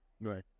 Right